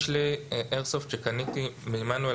יש לי איירסופט שקניתי מעמנואל,